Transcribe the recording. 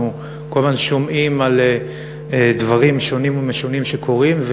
אנחנו כל הזמן שומעים על דברים שונים ומשונים שקורים,